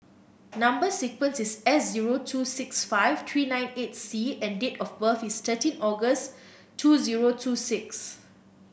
number sequence is S zero two six five three nine eight C and date of birth is thirteen August two zero two six